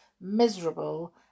miserable